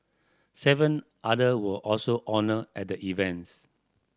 seven other were also honoured at the events